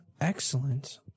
excellent